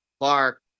Clark